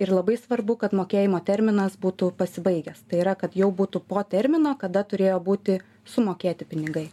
ir labai svarbu kad mokėjimo terminas būtų pasibaigęs tai yra kad jau būtų po termino kada turėjo būti sumokėti pinigai